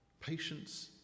patience